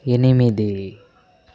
ఎనిమిది